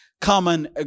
common